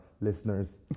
listeners